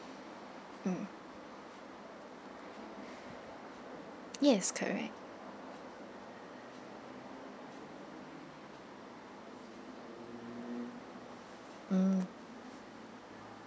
mm yes correct mm